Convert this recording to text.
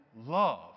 love